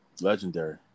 legendary